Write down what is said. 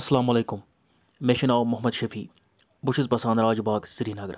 اَسلامُ علیکُم مےٚ چھُ ناو محمد شفیع بہٕ چھُس بَسان راج باغ سرینگرٕ